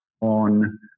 on